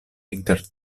inter